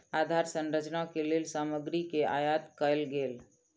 आधार संरचना के लेल सामग्री के आयत कयल गेल